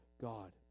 God